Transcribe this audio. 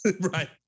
Right